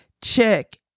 Check